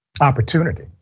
opportunity